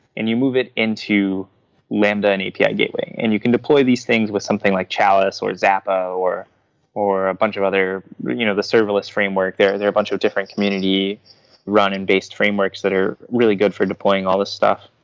and you move it into lambda and api gateway. and you can deploy these things with something like chalice, or zappa, or or a bunch of other you know the serverless framework there. there are a bunch of different community run and based frameworks that are really good for deploying all the stuff,